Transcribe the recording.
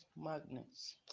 magnets